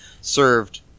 served